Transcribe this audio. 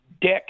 dick